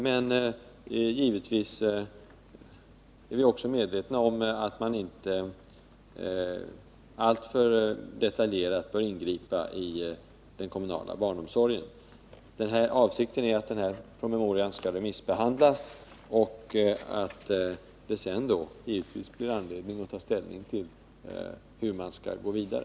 Men vi är givetvis också medvetna om, att man inte alltför detaljerat bör ingripa i den kommunala barnomsorgen. Avsikten är att denna promemoria skall remissbehandlas. Därefter får vi anledning att ta ställning till hur man skall gå vidare.